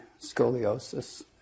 scoliosis